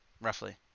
Roughly